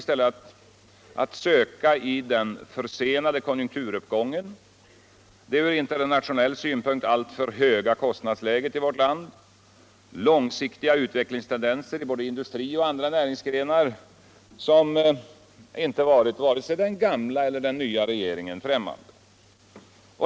I stället at söka i den försenade konjunkturuppgången, det från internationell synpunkt alltför höga kostnadsläget i vårt land. långsiktiga utvecklingstendenser i industri och andra näringsgrenar som inte varit vare stig den gamla eller den nya regeringen främmande.